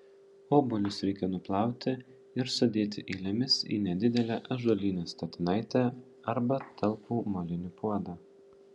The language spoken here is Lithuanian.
obuolius reikia nuplauti ir sudėti eilėmis į nedidelę ąžuolinę statinaitę arba talpų molinį puodą